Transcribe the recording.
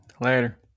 Later